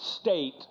state